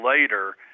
later